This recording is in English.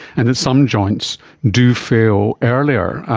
and that some joints do fail earlier.